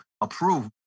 approve